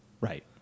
Right